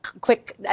quick